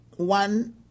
One